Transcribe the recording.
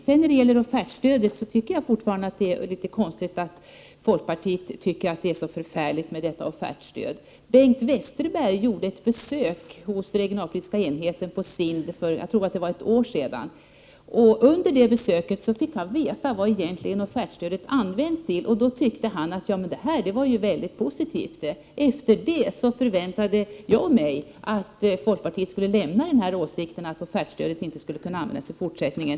Jag tycker faktiskt att det är konstigt att folkpartiet anser att offertstödet är så förfärligt. Bengt Westerberg gjorde ett besök hos regionalpolitiska enheten på SIND för cirka ett år sedan. Då fick han veta vad offertstödet egentligen används till, och han ansåg att det var mycket positivt. Därefter förväntade jag mig att folkpartiet skulle lämna åsikten att offertstödet inte skulle användas i fortsättningen.